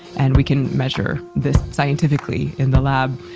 and we can measure this scientifically in the lab.